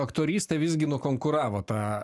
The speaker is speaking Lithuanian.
aktorystė visgi nukonkuravo tą